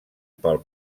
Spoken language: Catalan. pel